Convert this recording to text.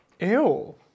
Ew